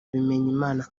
bimenyimana